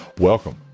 Welcome